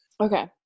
Okay